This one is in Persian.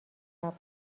قبل